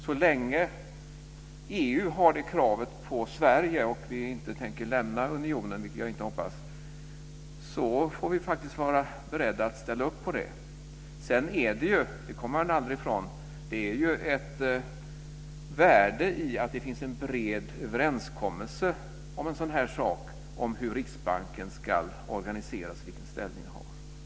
Så länge EU har det kravet på Sverige och vi inte tänker lämna unionen, vilket jag inte hoppas, får vi faktiskt vara beredda att ställa upp på det. Sedan kommer man aldrig ifrån att det är ett värde i att det finns en bred överenskommelse om en sådan här sak, om hur Riksbanken ska organiseras och om vilken ställning den har.